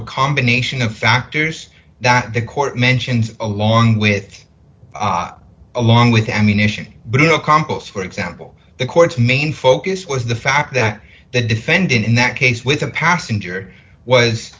a combination of factors that the court mentions along with along with ammunition but in a compass for example the court's main focus was the fact that the defendant in that case with a passenger was